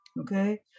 Okay